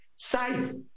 side